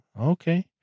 Okay